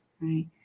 right